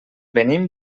venim